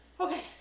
Okay